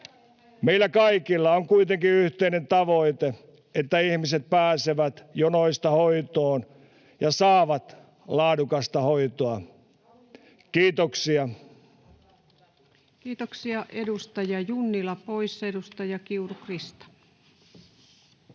Meillä kaikilla on kuitenkin yhteinen tavoite, että ihmiset pääsevät jonoista hoitoon ja saavat laadukasta hoitoa. — Kiitoksia. [Hanna-Leena Mattila: Kauniita puheita!] Kiitoksia.